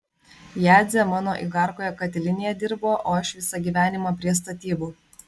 jadzė mano igarkoje katilinėje dirbo o aš visą gyvenimą prie statybų